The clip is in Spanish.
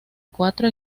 cuatro